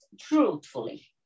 truthfully